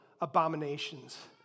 abominations